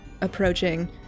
approaching